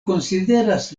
konsideras